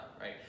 right